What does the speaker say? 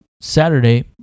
Saturday